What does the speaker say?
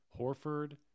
Horford